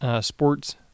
sports